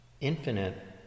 infinite